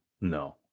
no